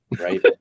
Right